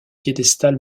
piédestal